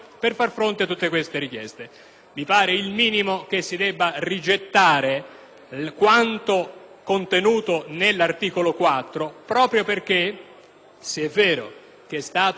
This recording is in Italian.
quanto contenuto nell'articolo 4 proprio perché, se è vero che è stata inclusa - e so per certo, perché abbiamo avuto più volte la possibilità di